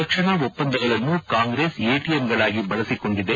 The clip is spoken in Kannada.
ರಕ್ಷಣಾ ಒಪ್ಪಂದಗಳನ್ನು ಕಾಂಗ್ರೆಸ್ ಎಟಿಎಂಗಳಾಗಿ ಬಳಸಿಕೊಂಡಿದೆ